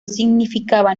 significaba